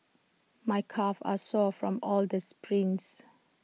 my calves are sore from all the sprints